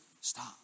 stop